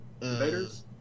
Invaders